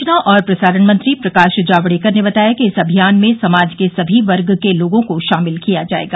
सूचना और प्रसारण मंत्री प्रकाश जावडेकर ने बताया कि इस अभियान में समाज के सभी वर्ग के लोगों को शामिल किया जायेगा